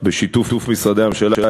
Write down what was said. בשיתוף משרדי הממשלה,